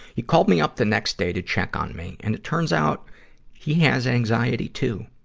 he called me up the next day to check on me, and it turns out he has anxiety, too.